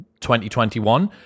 2021